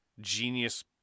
genius